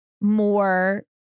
more